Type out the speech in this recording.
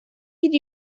could